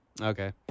Okay